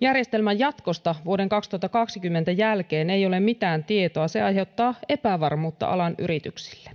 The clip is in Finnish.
järjestelmän jatkosta vuoden kaksituhattakaksikymmentä jälkeen ei ole mitään tietoa ja se aiheuttaa epävarmuutta alan yrityksille